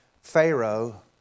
Pharaoh